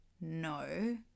no